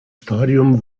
stadium